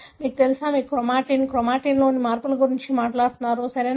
మీకు తెలుసా మీరు క్రోమాటిన్ క్రోమాటిన్లో మార్పు గురించి మాట్లాడతారు సరియైనదా